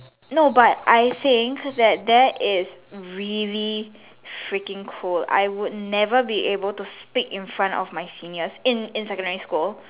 no but I think that that is really freaking cool I would never be able to speak in front of my seniors in in secondary school